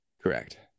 Correct